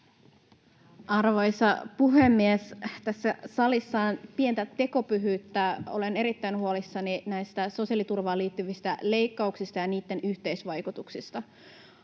Arvoisa puhemies! Tässä salissa on pientä tekopyhyyttä. Olen erittäin huolissani näistä sosiaaliturvaan liittyvistä leikkauksista ja niitten yhteisvaikutuksista.